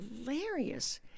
hilarious